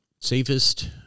safest